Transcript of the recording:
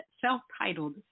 self-titled